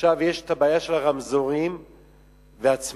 יש הבעיה של הרמזורים והצמתים.